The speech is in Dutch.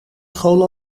school